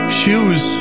shoes